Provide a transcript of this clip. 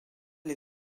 les